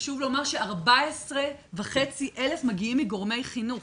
חשוב לומר ש-14,500 מגיעים מגורמי חינוך.